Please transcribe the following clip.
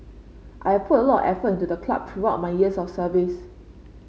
I have put a lot of effort into the club throughout my years of service